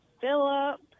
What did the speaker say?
Philip